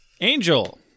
Angel